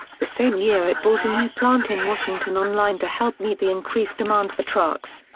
the same year it brought a new plant in washington on line to help meet the increased demand for trucks.